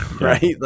right